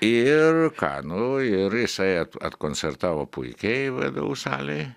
ir ką nu ir jisai koncertavo puikiai vdu salėj